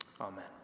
Amen